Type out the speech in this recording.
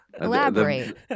Elaborate